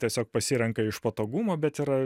tiesiog pasirenka iš patogumo bet yra